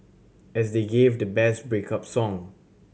as they gave the best break up song